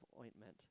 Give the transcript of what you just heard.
ointment